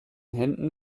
händen